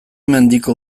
mendiko